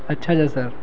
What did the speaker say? اچھا اچھا سر